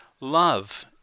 love